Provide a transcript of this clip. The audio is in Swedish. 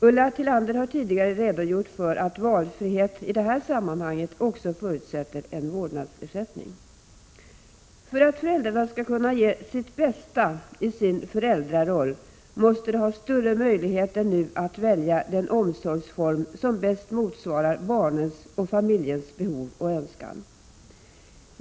Ulla Tillander har tidigare redogjort för att valfrihet i det här sammanhanget också förutsätter en vårdnadsersättning. För att föräldrarna skall kunna ge sitt bästa i sin föräldraroll måste de ha större möjlighet än nu att välja den omsorgsform som bäst motsvarar barnens och familjens behov och önskan.